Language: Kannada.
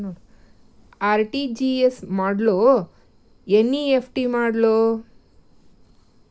ಆರ್.ಟಿ.ಜಿ.ಎಸ್ ಮಾಡ್ಲೊ ಎನ್.ಇ.ಎಫ್.ಟಿ ಮಾಡ್ಲೊ?